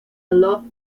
love